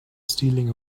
stealing